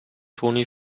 toni